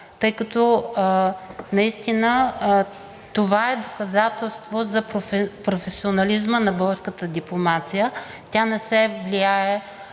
тъй като наистина това е доказателство за професионализма на българската дипломация. Тя не се влияе